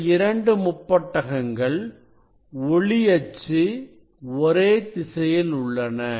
இந்த இரண்டு முப்பட்டகங்கள் ஒளி அச்சு ஒரே திசையில் உள்ளன